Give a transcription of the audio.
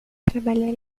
trabalhar